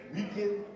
Weekend